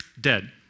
dead